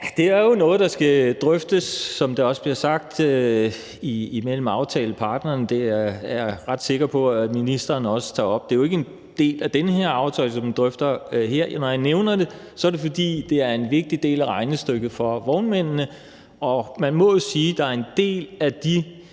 det er jo noget, der skal drøftes, som det også bliver sagt, imellem aftaleparterne. Det er jeg ret sikker på at ministeren også tager op. Det er jo ikke en del af den aftale, som vi drøfter her. Når jeg nævner det, er det, fordi det er en vigtig del af regnestykket for vognmændene, og man må jo sige, at der er en del af dem,